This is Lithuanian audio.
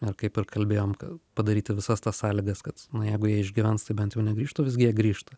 ar kaip ir kalbėjom kad padaryti visas tas sąlygas kad na jeigu jie išgyvens tai bent jau negrįžtų visgi jie grįžta